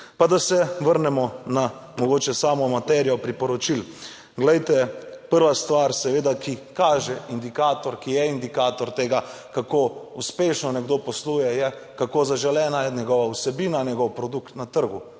pa da se vrnemo na mogoče samo materijo priporočil. Glejte, prva stvar seveda, ki kaže, indikator, ki je indikator tega, kako uspešno nekdo posluje, je, kako zaželena je njegova vsebina, njegov produkt na trgu.